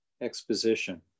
exposition